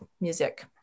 music